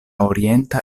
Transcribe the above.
orienta